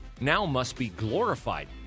now-must-be-glorified